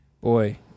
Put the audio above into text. boy